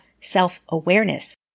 self-awareness